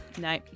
No